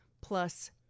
plus